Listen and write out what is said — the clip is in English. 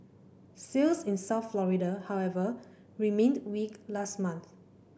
sales in South Florida however remained weak last month